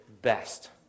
best